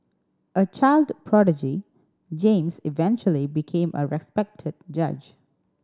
a child prodigy James eventually became a respected judge